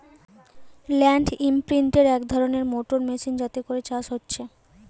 land ইমপ্রিন্টের এক ধরণের মোটর মেশিন যাতে করে চাষ হচ্ছে